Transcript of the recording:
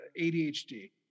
ADHD